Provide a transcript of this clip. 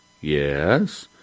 Yes